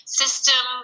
system